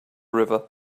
river